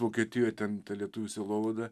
vokietijoj ten lietuvių sielovada